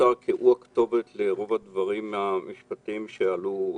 והפצ"ר הוא הכתובת לרוב הדברים המשפטיים שעלו כאן,